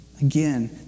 Again